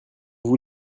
vous